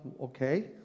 Okay